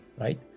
right